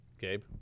gabe